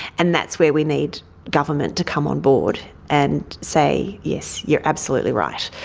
and that's where we need government to come on board and say, yes, you're absolutely right.